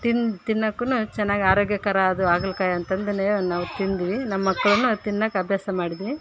ತಿನ್ನು ತಿನ್ನೊಕ್ಕು ಚೆನ್ನಾಗ್ ಆರೋಗ್ಯಕರ ಅದು ಹಾಗಲ್ಕಾಯಿ ಅಂತಂದು ಹೇಳಿ ನಾವು ತಿಂದ್ವಿ ನಮ್ಮ ಮಕ್ಳು ತಿನ್ನೊಕ್ ಅಭ್ಯಾಸ ಮಾಡಿದ್ವಿ